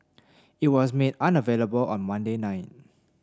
it was made unavailable on Monday night